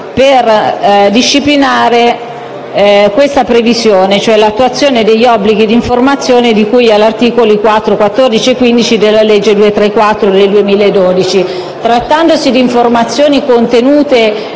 per disciplinare la previsione dell'attuazione degli obblighi di informazione di cui agli articoli 4, 14 e 15 della legge n. 234 del 2012. Trattandosi di informazioni contenute